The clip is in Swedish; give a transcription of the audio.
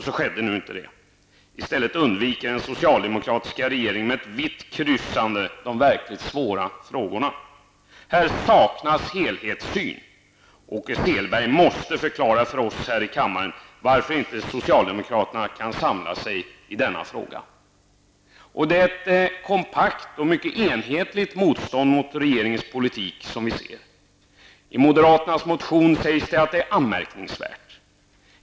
Så skedde nu inte. I stället undviker den socialdemokratiska regeringen med ett vitt kryssande de verkligt svåra frågorna. Här saknas en helhetssyn. Åke Selberg måste förklara för oss i kammaren varför inte socialdemokraterna kan samla sig i denna fråga. Vi ser ett mycket kompakt och enhetligt motstånd mot regeringens politik. I moderaternas motion sägs att det är anmärkningsvärt.